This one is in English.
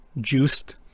juiced